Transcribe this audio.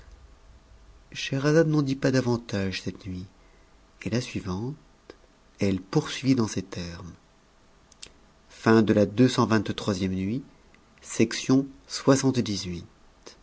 scheherazade n'en dit pas davantage cette nuit et la suivante elle poursuivit dans ces termes ccxx v nuit